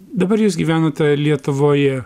dabar jūs gyvenate lietuvoje